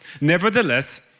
Nevertheless